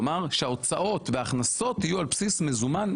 כלומר שההוצאות וההכנסות יהיו על בסיס מזומן,